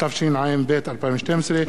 התשע"ב 2012,